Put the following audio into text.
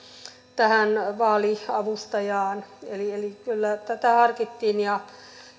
tähän vaaliavustajaan eli eli kyllä tätä harkittiin